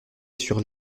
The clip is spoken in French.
sur